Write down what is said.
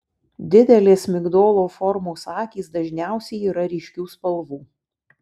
didelės migdolo formos akys dažniausiai yra ryškių spalvų